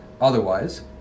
Otherwise